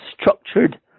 structured